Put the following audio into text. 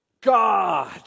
God